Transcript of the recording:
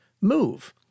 move